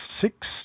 six